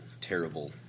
terrible